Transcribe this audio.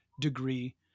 degree